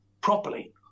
properly